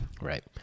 Right